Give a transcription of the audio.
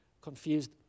confused